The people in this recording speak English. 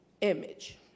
image